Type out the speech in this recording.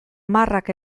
marrak